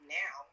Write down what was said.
now